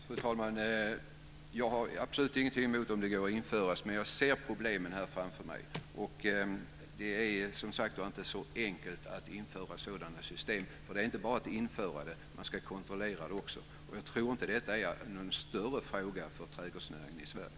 Fru talman! Jag har absolut ingenting emot det om det går att införa, men jag ser problemen framför mig. Det är som sagt inte så enkelt att införa sådana system. Det är inte bara fråga om att införa det. Man ska kontrollera det också. Jag tror inte att detta är någon större fråga för trädgårdsnäringen i Sverige.